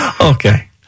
Okay